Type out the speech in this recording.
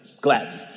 gladly